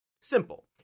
simple